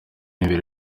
imbere